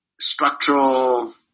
structural